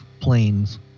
planes